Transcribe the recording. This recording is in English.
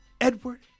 Edward